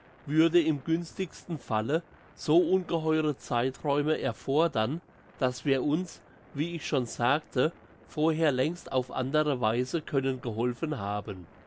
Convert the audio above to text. würde im günstigsten falle so ungeheure zeiträume erfordern dass wir uns wie ich schon sagte vorher längst auf andere weise können geholfen haben